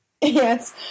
Yes